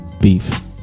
Beef